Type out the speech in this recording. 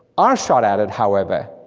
our shot at it, however,